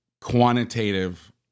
quantitative